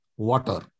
water